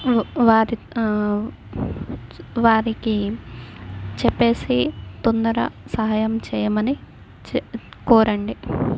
వారి వారికి చెప్పి తొందరగా సహాయం చేయమని చె కోరండి